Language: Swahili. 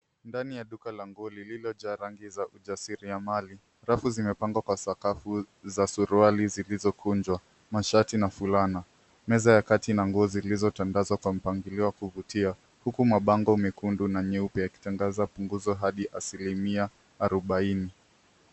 Ndani ya nguo la nguo lililojaa rangi za ujasiri ya mali ,rafu zimepangwa kwa sakafu za suruali zilizokunjwa mashati na fulana, meza ya kati inanguo zilizotandazwa kwa mpangilio wa kuvutia huku mabango mekundu na nyeupe yakitangaza punguzo hadi asilimia arobaini.